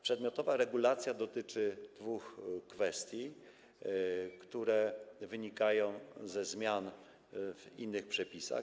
Przedmiotowa regulacja dotyczy dwóch kwestii, które wynikają ze zmian w innych przepisach.